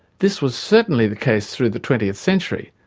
this was certainly the case through the twentieth century,